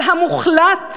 אבל המוחלט,